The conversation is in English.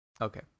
Okay